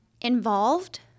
involved